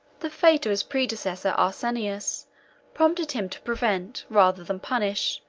the fate of his predecessor arsenius prompted him to prevent, rather than punish,